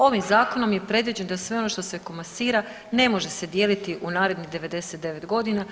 Ovim zakonom je predviđeno da sve ono što se komasira ne može se dijeliti u narednih 99.g.